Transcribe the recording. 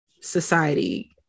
Society